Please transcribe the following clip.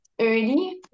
early